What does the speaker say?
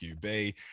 QB